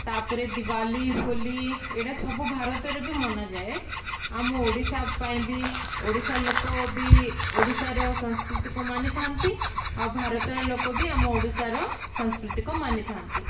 ତା'ପରେ ଦିୱାଲି ହୋଲି ଏଇଟା ସବୁ ଭାରତରେ ବି ମନାଯାଏ ଆମ ଓଡ଼ିଶା ପାଇଁ ବି ଓଡ଼ିଶା ଲୋକ ବି ଓଡ଼ିଶାର ସଂସ୍କୃତିକ ମାନିଥାନ୍ତି ଆଉ ଭାରତର ଲୋକ ବି ଆମ ଓଡ଼ିଶାର ସାଂସ୍କୃତିକ ମାନିଥାନ୍ତି